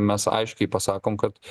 mes aiškiai pasakom kad